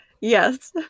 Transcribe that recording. Yes